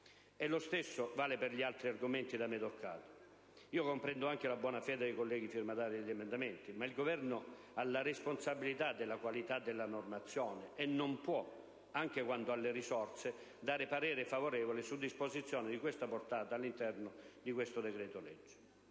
discorso vale per gli altri argomenti da me toccati. Comprendo anche la buona fede dei colleghi firmatari degli emendamenti, ma il Governo ha la responsabilità della qualità della normazione e non può, anche quando ha le risorse, dare parere favorevole su disposizioni di questa portata, all'interno di un decreto-legge